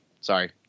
sorry